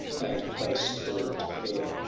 and close curpd hair.